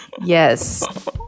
yes